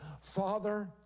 Father